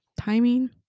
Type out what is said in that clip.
timing